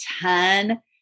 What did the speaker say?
ton